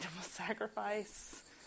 sacrifice